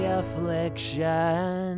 affliction